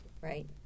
right